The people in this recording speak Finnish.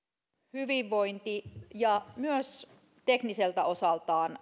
hyvinvointi ja myös tekniseltä osaltaan